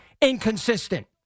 inconsistent